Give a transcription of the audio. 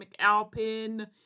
McAlpin